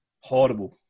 Horrible